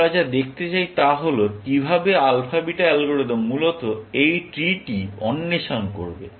আমরা যা দেখতে চাই তা হল কিভাবে আলফা বিটা অ্যালগরিদম মূলত এই ট্রি টি অন্বেষণ করবে